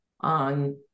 on